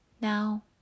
now